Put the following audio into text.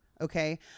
Okay